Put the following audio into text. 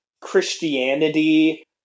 Christianity